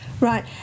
Right